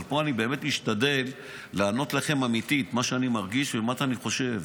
אבל פה אני באמת משתדל לענות לכם אמיתי את מה שאני מרגיש ומה שאני חושב,